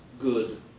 good